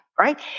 right